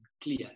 clear